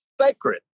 sacred